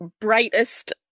brightest